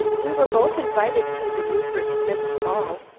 we were both invited to the rupert-smiths' ball,